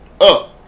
Up